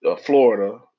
Florida